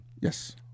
Yes